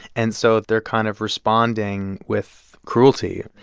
and so they're kind of responding with cruelty,